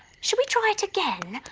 shall we try it again?